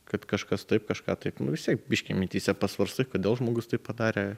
kad kažkas taip kažką taip nu vis tiek biškį mintyse pasvarstai kodėl žmogus taip padarė